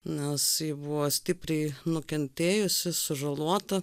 nes ji buvo stipriai nukentėjusi sužalota